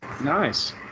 Nice